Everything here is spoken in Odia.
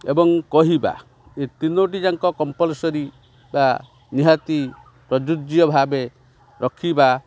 ଏବଂ କହିବା ଏ ତିନୋଟି ଯାକ କମ୍ପଲ୍ସରୀ ବା ନିହାତି ପ୍ରଯୁଜ୍ୟ ଭାବେ ରଖିବା